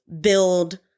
build